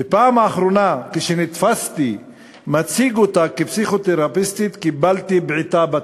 בפעם האחרונה כשנתפסתי מציג אותה כפסיכותרפיסטית קיבלתי בעיטה בתחת.